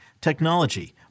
technology